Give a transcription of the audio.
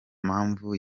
mpamvu